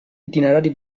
itinerari